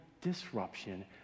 disruption